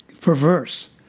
perverse